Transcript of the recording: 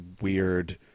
weird